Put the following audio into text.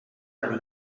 hari